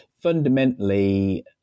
fundamentally